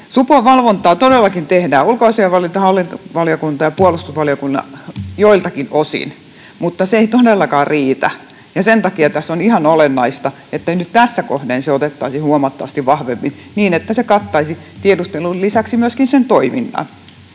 Supon valvontaa todellakin tehdään. Ulkoasiainvaliokunta, hallintovaliokunta ja puolustusvaliokunta tekevät sitä joiltakin osin, mutta se ei todellakaan riitä, ja sen takia tässä on ihan olennaista, että nyt tässä kohden se otettaisiin huomattavasti vahvemmin, niin että se kattaisi tiedustelun lisäksi myöskin sen toiminnan.